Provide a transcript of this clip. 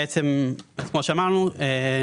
כמו שאמרנו,